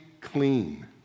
clean